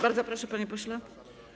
Bardzo proszę, panie pośle.